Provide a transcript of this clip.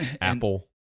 Apple